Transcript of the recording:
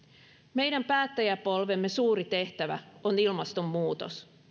meidän päättäjäpolvemme suuri tehtävä on ilmastonmuutos